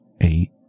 eight